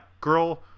Girl